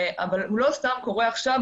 אבל לא סתם הוא קורה עכשיו.